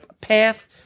path